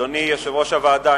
אדוני יושב-ראש הוועדה,